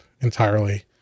entirely